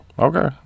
Okay